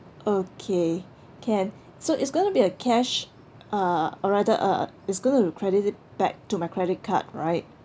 okay can so it's going to be a cash uh or rather a it's going to be credited back to my credit card right